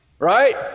right